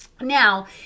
Now